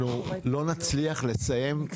אנחנו לא נצליח לסיים אפילו חצי.